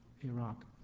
Iraq